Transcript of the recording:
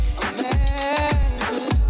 amazing